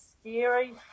scary